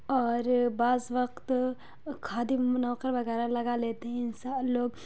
اور بعض وقت خادم نوکر وغیرہ لگا لیتے ہیں انسان لوگ